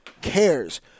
cares